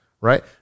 Right